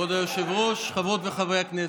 כבוד היושב-ראש, חברות וחברי הכנסת,